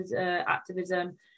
activism